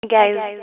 guys